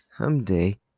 someday